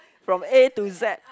from A to Z